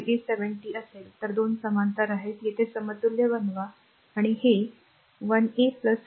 70a असेल तर हे 2 समांतर आहेत तेथे समतुल्य बनवा आणि हे 1a 4